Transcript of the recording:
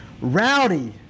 Rowdy